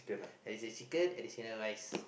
additional chicken additional rice